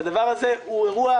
והדבר הזה הוא אירוע,